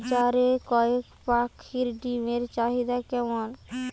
বাজারে কয়ের পাখীর ডিমের চাহিদা কেমন?